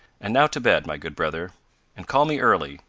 and now to bed, my good brother and call me early,